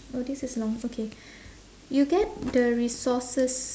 oh this is long okay you get the resources